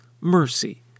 mercy